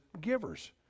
givers